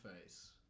face